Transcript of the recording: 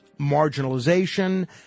marginalization